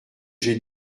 j’ai